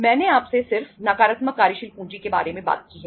मैंने आपसे सिर्फ नकारात्मक कार्यशील पूंजी के बारे में बात की है